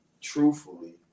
truthfully